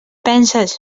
penses